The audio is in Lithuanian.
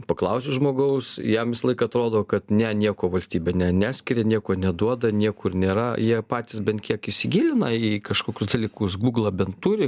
paklausi žmogaus jam visą laiką atrodo kad ne nieko valstybė ne neskiria nieko neduoda niekur nėra jie patys bent kiek įsigilina į kažkokius dalykus gūglą bent turi